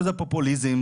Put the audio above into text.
פופוליזם,